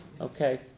Okay